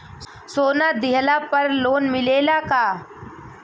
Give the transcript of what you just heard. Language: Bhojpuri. सोना दिहला पर लोन मिलेला का?